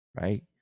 right